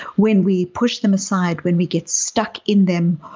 when we push them aside, when we get stuck in them,